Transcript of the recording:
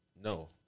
No